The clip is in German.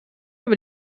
über